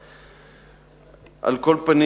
2. על כל פנים,